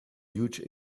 huge